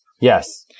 Yes